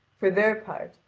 for their part,